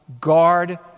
guard